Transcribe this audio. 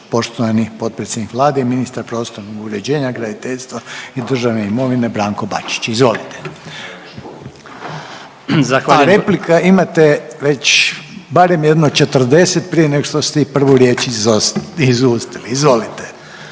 poštovani potpredsjednik Vlade i ministar prostornog uređenja, graditeljstva i državne imovine Branko Bačić. Izvolite. A replika imate već barem jedno 40 prije nego što ste i prvu riječ izustili. Izvolite.